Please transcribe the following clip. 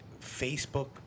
Facebook